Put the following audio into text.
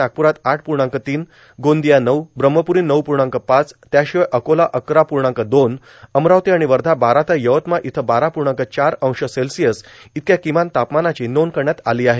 नागपूर आठ पूर्णांक तीन गोदिंया नऊ ब्रम्हपूरी नऊ पूर्णांक पाच त्याशिवाय अकोला अकरा पूर्णांक दोन अमरावती आणि वर्धा बारा तर यवतमाळ इथं बारा पूर्णांक चार अंश सेल्सिअस इतक्या किमान तापमानाची नोंद करण्यात आली आहे